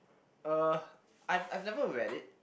uh I've I've never read it